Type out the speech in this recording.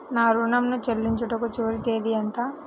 నా ఋణం ను చెల్లించుటకు చివరి తేదీ ఎంత?